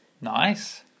nice